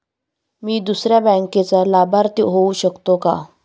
मी दुसऱ्या बँकेचा लाभार्थी होऊ शकतो का?